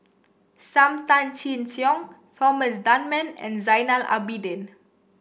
Sam Tan Chin Siong Thomas Dunman and Zainal Abidin